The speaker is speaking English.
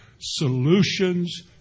solutions